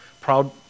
proud